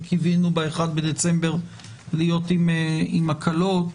קיווינו באחד בדצמבר להיות עם הקלות,